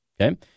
okay